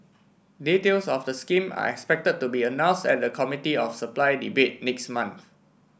details of the scheme are expected to be announced at the Committee of Supply debate next month